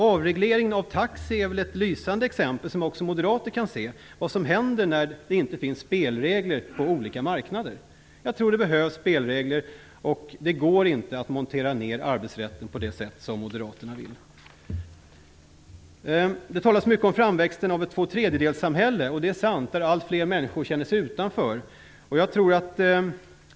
Avregleringen av taxi är väl ett lysande exempel, som också moderater kan se, på vad som händer när det inte finns spelregler på olika marknader. Jag tror att det behövs spelregler. Det går inte att montera ned arbetsrätten på det sätt om moderaterna vill. Det talas mycket om framväxten av ett tvåtredjedelssamhälle där alltfler människor känner sig utanför, och det är sant.